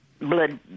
Blood